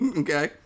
okay